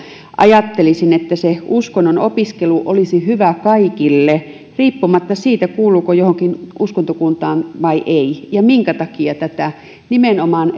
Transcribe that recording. ajattelisin että se uskonnon opiskelu olisi hyvä kaikille riippumatta siitä kuuluuko johonkin uskontokuntaan vai ei ja minkä takia nimenomaan